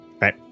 Right